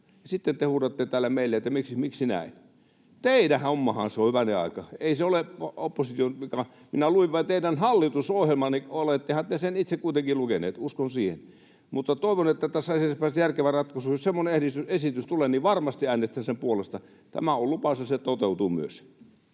sitten te huudatte täällä meille, että miksi näin. Teidän hommahan se on, hyvänen aika. Ei se ole opposition. Minä luin vain teidän hallitusohjelmaanne, olettehan te sen itse kuitenkin lukeneet, uskon siihen. Mutta toivon, että tässä asiassa päästään järkevään ratkaisuun. Jos semmoinen esitys tulee, niin varmasti äänestän sen puolesta. Tämä on lupaus, ja se toteutuu myös.